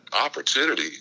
opportunity